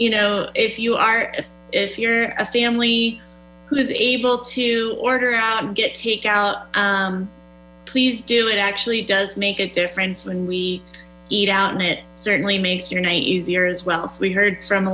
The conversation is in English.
you know if you are if you're a family who's able to order out and get takeout please do it actually does make a difference when we eat out and it certainly makes your night easier as well we heard from a